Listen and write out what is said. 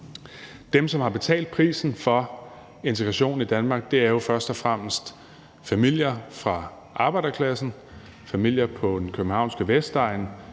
Dem, som har betalt prisen for integrationen i Danmark, er jo først og fremmest familier fra arbejderklassen, familier på den københavnske Vestegn,